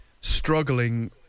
struggling